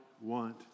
want